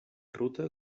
ruta